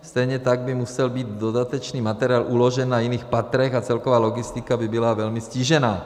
Stejně tak by musel být dodatečný materiál uložen na jiných patrech a celková logistika by byla velmi ztížena.